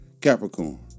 Capricorn